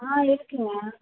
ஆ இருக்குதுங்க